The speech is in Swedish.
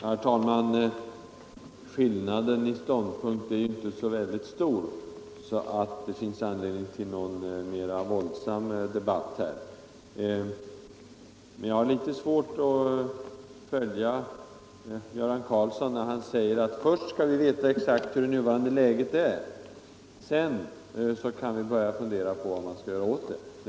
Herr talman! Skillnaden i ståndpunkt är ju inte så stor att det finns anledning till någon mera våldsam debatt. Men jag har litet svårt att följa Göran Karlsson när han säger att först skall vi veta exakt hur det nuvarande läget är — sedan kan vi börja fundera över vad man skall göra åt det.